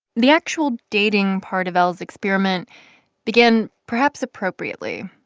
the actual dating part of l's experiment began, perhaps appropriately,